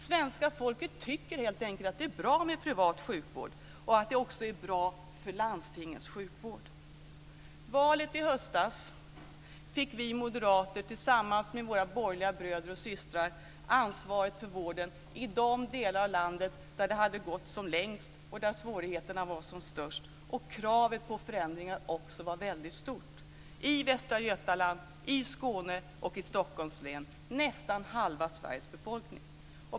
Svenska folket tycker helt enkelt att det är bra med privat sjukvård och att det också är bra för landstingens sjukvård. I valet i höstas fick vi moderater, tillsammans med våra borgerliga bröder och systrar, ansvaret för vården i de delar av landet där det hade gått som längst, där svårigheterna var som störst och där kravet på förändringar också var väldigt stort, nämligen i Västra Götaland, i Skåne och i Stockholms län. Det handlar om nästa halva Sveriges befolkning.